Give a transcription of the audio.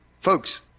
Folks